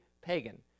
pagan